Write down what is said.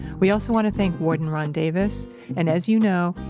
we also want to thank warden ron davis and, as you know,